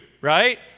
right